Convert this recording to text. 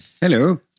Hello